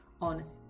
on